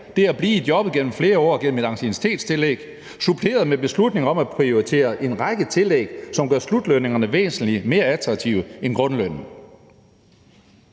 det at blive i jobbet gennem flere år gennem et anciennitetstillæg suppleret med beslutningen om at prioritere en række tillæg, som gør slutlønningerne væsentlig mere attraktive end grundlønnen.